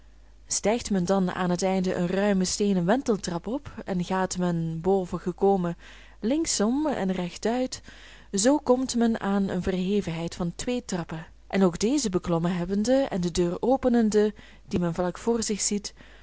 stijgt men dan aan het einde een ruime steenen wenteltrap op en gaat men boven gekomen linksom en rechtuit zoo komt men aan eene verhevenheid van twee trappen en ook deze beklommen hebbende en de deur openende die men vlak voor zich ziet